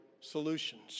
solutions